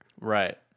Right